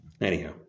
Anyhow